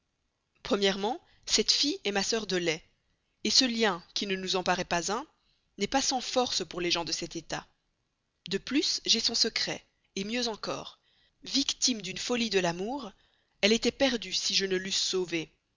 cette fille est ma sœur de lait ce lien qui ne nous en paraît pas un n'est sans force pour les gens de cet état de plus j'ai son secret mieux encore victime d'une folie de l'amour elle était perdue si je ne l'eusse sauvée